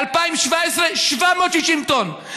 ב-2017, 760 טון.